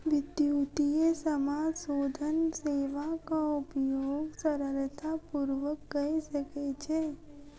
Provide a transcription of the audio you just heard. विद्युतीय समाशोधन सेवाक उपयोग सरलता पूर्वक कय सकै छै